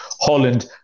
Holland